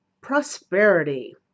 prosperity